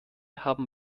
haben